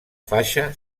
faixa